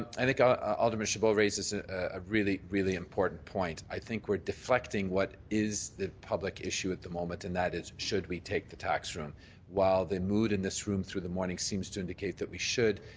i think ah alderman chabot raises a really, really important point. i think we're deflecting what is the public issue at the moment, and that is should we take the tax room while the mood in this room through the morning seems to indicate that we should,